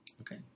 Okay